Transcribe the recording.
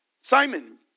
Simon